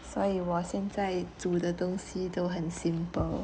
所以我现在煮的东西都很 simple